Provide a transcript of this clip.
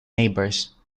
neighbours